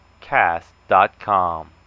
cast.com